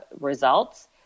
results